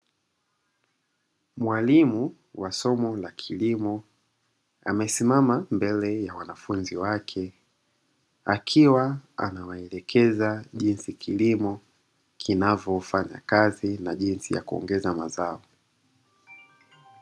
Mwalimu wa somo la kilimo amesimama mbele ya wanafunzi wake akiwa anawaelekeza jinsi kilimo kinavyofanya kazi na jinsi ya kuongeza mazao.